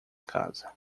casa